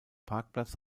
parkplatz